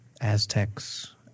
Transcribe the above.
Aztecs